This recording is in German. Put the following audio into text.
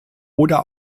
oder